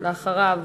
ואחריו,